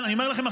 אני אומר לכם,